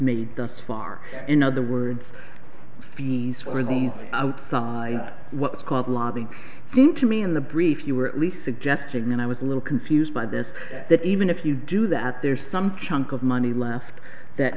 made thus far in other words b s or these outside what's called lobby seem to me in the brief you're at least suggesting that i was a little confused by this that even if you do that there's some chunk of money left that